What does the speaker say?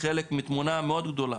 חלק מתמונה מאוד גדולה.